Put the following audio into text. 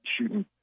shooting